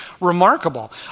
remarkable